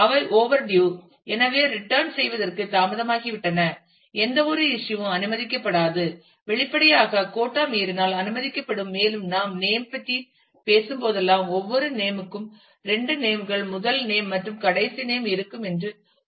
அவை ஓவர்டியூ எனவே ரிட்டன் செய்வதற்கு தாமதமாகிவிட்டன எந்தவொரு இஸ்யூ ம் அனுமதிக்கப்படாது வெளிப்படையாக கோட்டா மீறினால் அனுமதிக்கப்படும் மேலும் நாம் நேம் ஐ பற்றி பேசும்போதெல்லாம் ஒவ்வொரு நேம் க்கும் இரண்டு நேம் கள் முதல் நேம் மற்றும் கடைசி நேம் இருக்கும் என்றும் குறிப்பிடப்பட்டுள்ளது